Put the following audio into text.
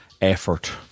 effort